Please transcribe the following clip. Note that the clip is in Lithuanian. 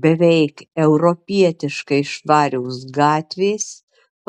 beveik europietiškai švarios gatvės